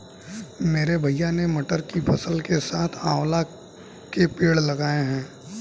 मेरे भैया ने मटर की फसल के साथ आंवला के पेड़ लगाए हैं